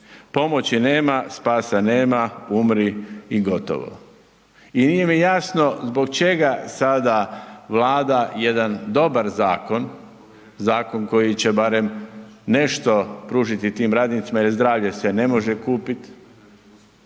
Pomoći nema, spasa nema, umri i gotovo. I nije mi jasno zbog čega sada Vlada jedan dobar zakon, zakon koji će nešto pružiti tim radnicima jer zdravlje se ne može kupit,